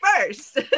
first